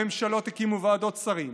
הממשלות הקימו ועדות שרים,